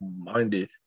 minded